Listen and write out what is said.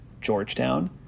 Georgetown